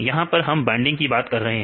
यहां पर हम बाइंडिंग की बात कर रहे हैं